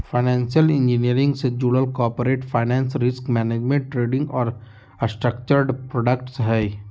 financial engineering से जुडल corporate finance, risk management, trading और स्ट्रक्चर्ड प्रॉडक्ट्स हय